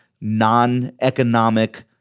non-economic